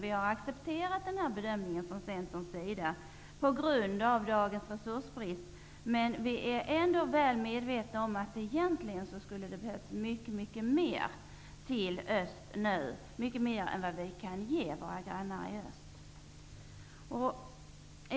Vi har från Centerns sida accepterat denna bedömning, på grund av dagens resursbrist, men vi är ändå väl medvetna om att det egentligen skulle ha behövts mycket mer än vad vi kan ge våra grannar i öst.